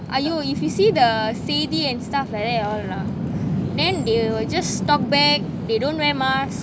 !aiyo! if you see the C_D and stuff நெறய:neraya then they will just talk back they don't wear mask